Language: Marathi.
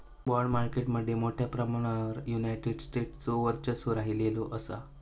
बाँड मार्केट मध्ये मोठ्या प्रमाणावर युनायटेड स्टेट्सचो वर्चस्व राहिलेलो असा